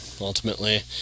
ultimately